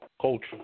culture